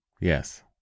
Yes